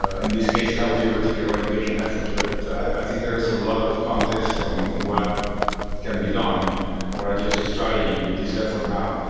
ah in this case, cattle fever tick eradication efforts. but i think there is a lot of context on what can be done or adjust the strategy with this effort now,